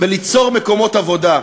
בליצור מקומות עבודה,